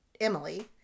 Emily